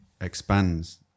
expands